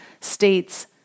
states